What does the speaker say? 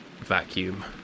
vacuum